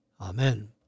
Amen